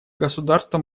государства